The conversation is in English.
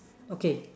okay